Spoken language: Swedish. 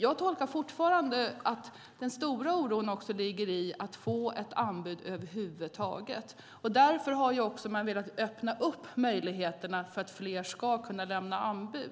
Jag tolkar fortfarande att den stora oron ligger i att över huvud taget få anbud. Därför har jag velat öppna upp möjligheterna för fler att kunna lämna anbud.